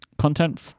content